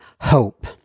hope